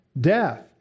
death